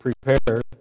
prepared